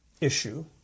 issue